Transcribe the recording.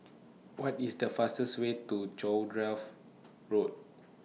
What IS The fastest Way to Cowdray Road